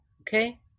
Okay